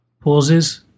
pauses